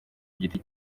giti